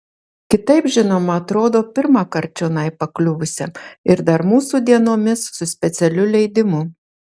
kitaip žinoma atrodo pirmąkart čionai pakliuvusiam ir dar mūsų dienomis su specialiu leidimu